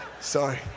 Sorry